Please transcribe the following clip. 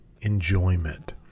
enjoyment